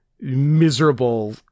miserable